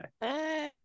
hey